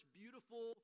beautiful